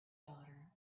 daughter